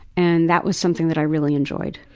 and that was something that i really enjoyed.